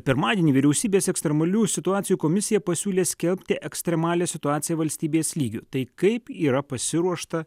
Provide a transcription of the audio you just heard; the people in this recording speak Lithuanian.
pirmadienį vyriausybės ekstremaliųjų situacijų komisija pasiūlė skelbti ekstremalią situaciją valstybės lygiu tai kaip yra pasiruošta